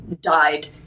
died